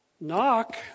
Knock